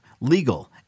legal